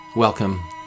Welcome